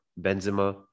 Benzema